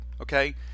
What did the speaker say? Okay